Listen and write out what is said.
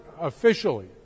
officially